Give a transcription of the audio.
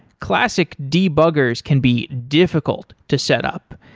classic debuggers can be difficult to set up,